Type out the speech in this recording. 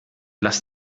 lass